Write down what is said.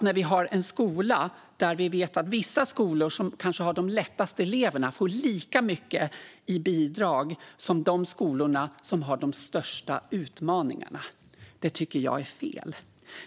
När vi har en skola där vissa skolor som kanske har de lättaste eleverna får lika mycket i bidrag som de skolor som har de största utmaningarna tycker jag också att det är fel.